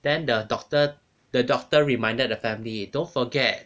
then the doctor the doctor reminded the family don't forget